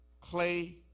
Clay